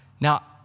Now